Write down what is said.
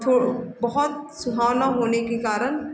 बहुत सुहाना होने के कारण